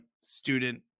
student